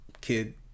kid